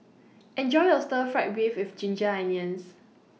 Enjoy your Stir Fried Beef with Ginger Onions